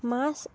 মাছ